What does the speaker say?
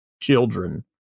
children